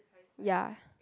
ya